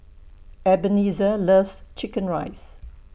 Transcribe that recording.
Ebenezer loves Chicken Rice